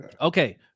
Okay